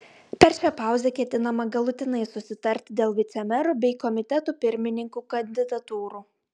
per šią pauzę ketinama galutinai susitarti dėl vicemerų bei komitetų pirmininkų kandidatūrų